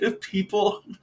people